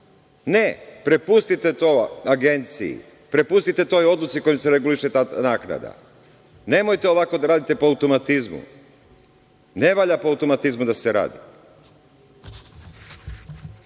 Ne, prepustite to Agenciji, prepustite toj odluci kojom se reguliše ta naknada. Nemojte ovako da radite po automatizmu. Ne valja po automatizmu da se radi.